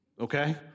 Okay